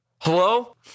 Hello